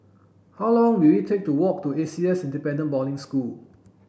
how long will it take to walk to A C S Dependent Boarding School